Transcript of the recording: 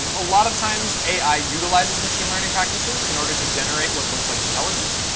um a lot of times, ai utilizes machine learning practices in order to generate what looks like intelligence.